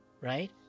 right